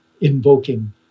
invoking